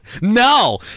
No